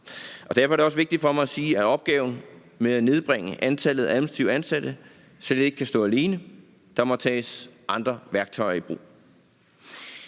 Derfor er det også vigtigt for mig at sige, at opgaven med at nedbringe antallet af administrativt ansatte slet ikke kan stå alene. Der må tages andre værktøjer i brug.